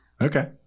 Okay